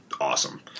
awesome